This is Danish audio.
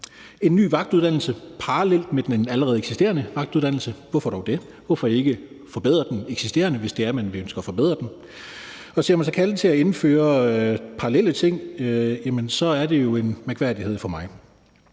en ny vagtuddannelse parallelt med den allerede eksisterende uddannelse. Hvorfor dog det? Hvorfor ikke forbedre den eksisterende vagtuddannelse, hvis det er, at man ønsker at forbedre den? At man ser sig kaldet til at indføre parallelle ting, er en mærkværdighed for mig.